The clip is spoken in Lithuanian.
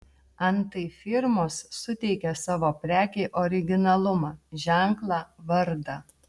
antai firmos suteikia savo prekei originalumą ženklą vardą